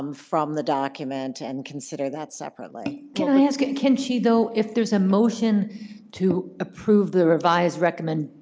um from the document and consider that separately. can i ask, can she though if there's a motion to approve the revised recommendation.